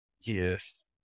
Yes